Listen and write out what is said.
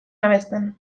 abesten